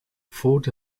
ford